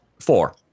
Four